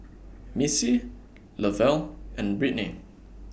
Missie Lovell and Brittnee